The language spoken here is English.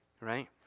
right